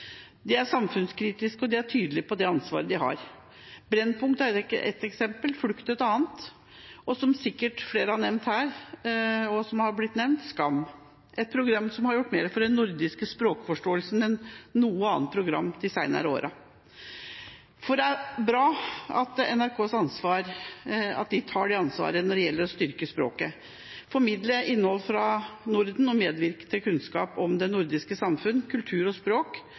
de på urettferdigheter, de er samfunnskritiske, og de er tydelige på det ansvaret de har. Brennpunkt er ett eksempel, Flukt et annet, og som det har blitt nevnt her, Skam – et program som har gjort mer for den nordiske språkforståelsen enn noe annet program de senere årene. Det er bra at NRK tar ansvar når det gjelder å styrke språket, formidle innhold fra Norden og medvirke til kunnskap om det nordiske samfunnet, kulturen og